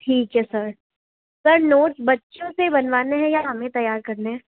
ठीक है sir sir note बच्चों से बनवाने हैं या हमें तैयार करने हैं